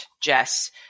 Jess